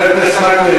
חבר הכנסת מקלב,